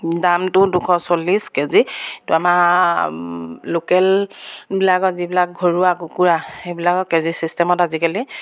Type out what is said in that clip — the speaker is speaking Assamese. দামটো দুশ চল্লিছ কেজি তো আমাৰ লোকেলবিলাকত যিবিলাক ঘৰুৱা কুকুৰা সেইবিলাকৰ কেজি চিষ্টেমত আজিকালি